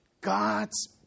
God's